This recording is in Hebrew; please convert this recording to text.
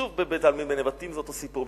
שוב, בבית-העלמין בנבטים זה אותו סיפור.